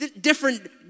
Different